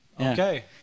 Okay